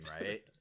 right